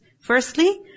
Firstly